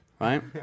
Right